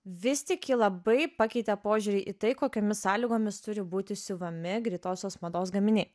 vis tik ji labai pakeitė požiūrį į tai kokiomis sąlygomis turi būti siuvami greitosios mados gaminiai